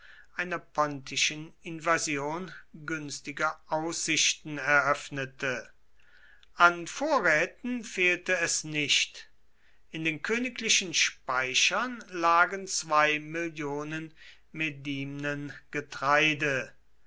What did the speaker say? einer pontischen invasion günstige aussichten eröffnete an vorräten fehlte es nicht in den königlichen speichern lagen zwei millionen medimnen getreide